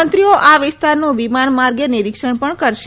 મંત્રીઓ આ વિસ્તારનું વિમાન માર્ગ નિરીક્ષણ પણ કરશે